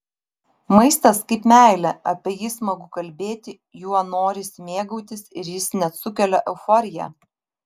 maistas kaip meilė apie jį smagu kalbėti juo norisi mėgautis ir jis net sukelia euforiją